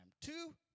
Two